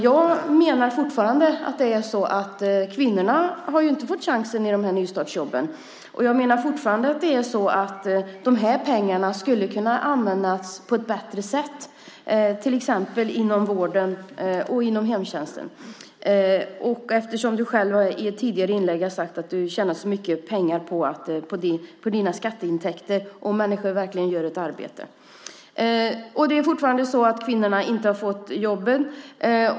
Jag menar fortfarande att kvinnorna inte har fått chansen i nystartsjobben. Jag menar fortfarande att de här pengarna skulle kunna användas på ett bättre sätt, till exempel inom vården och hemtjänsten, eftersom du själv i ett tidigare inlägg har sagt att du tjänar så mycket pengar på dina skatteintäkter om människor verkligen gör ett arbete. Kvinnorna har fortfarande inte fått jobben.